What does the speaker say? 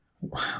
wow